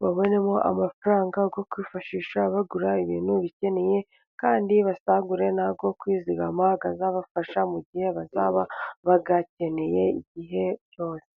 babonemo amafaranga yo kwifashisha bagura ibintu bikeneye kandi basagure nayo kwizigama azabafasha mu gihe bazaba bayakeneye igihe byose.